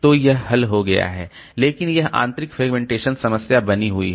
तो यह हल हो गया है लेकिन यह आंतरिक फ्रेगमेंटेशन समस्या बनी हुई है